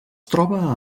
troba